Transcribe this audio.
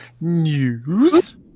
News